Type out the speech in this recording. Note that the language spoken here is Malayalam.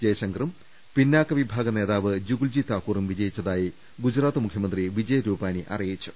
ജയശങ്കറും പിന്നാക്ക വിഭാഗ നേതാവ് ജുഗുൽ ജി താക്കൂറും വിജയിച്ചതായി ഗുജറാത്ത് മുഖ്യമന്ത്രി വിജയ് രൂപാനി അറി യിച്ചു